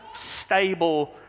stable